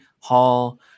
Hall